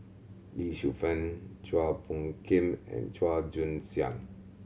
Lee Shu Fen Chua Phung Kim and Chua Joon Siang